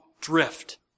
drift